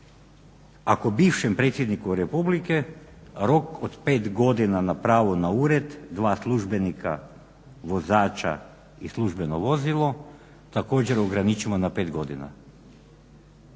ako bivšem predsjedniku Republike rok od 5 godina na pravo na ured, dva službenika, vozača i službeno vozilo također ograničimo na 5 godina?